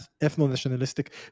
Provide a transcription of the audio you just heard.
ethno-nationalistic